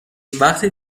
وقتی